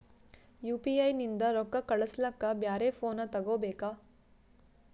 UPI ನಿಂದ ರೊಕ್ಕ ಕಳಸ್ಲಕ ಬ್ಯಾರೆ ಫೋನ ತೋಗೊಬೇಕ?